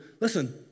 listen